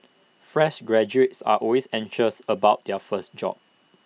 fresh graduates are always anxious about their first job